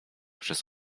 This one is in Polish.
przez